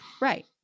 right